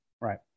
Right